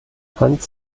hans